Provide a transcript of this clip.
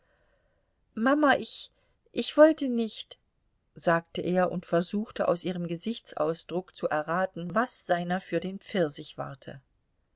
mama ich ich wollte nicht sagte er und versuchte aus ihrem gesichtsausdruck zu erraten was seiner für den pfirsich warte